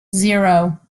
zero